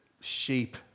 sheep